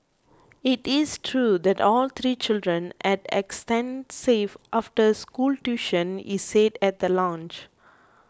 it is true that all three children had extensive after school tuition he said at the launch